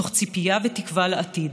תוך ציפייה ותקווה לעתיד,